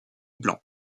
blanc